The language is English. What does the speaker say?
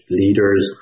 leaders